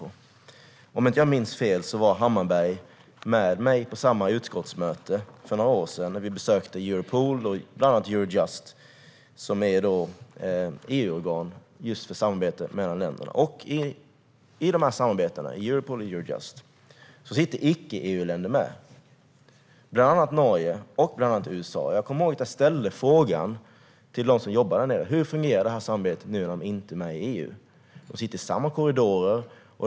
Om jag inte minns fel var Krister Hammarbergh med på samma utskottsmöte som jag för några år sedan, då vi besökte bland annat Europol och Eurojust som är EU-organ för samarbete mellan länderna. I samarbetena i Europol och Eurojust sitter icke-EU-länder med, bland annat Norge och USA. Jag kommer ihåg att jag ställde frågan till dem som jobbar där nere hur det här samarbetet fungerar när de inte är med i EU - de sitter i samma korridorer.